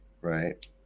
right